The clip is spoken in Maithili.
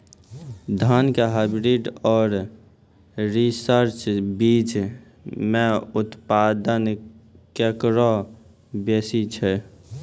धान के हाईब्रीड और रिसर्च बीज मे उत्पादन केकरो बेसी छै?